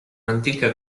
antica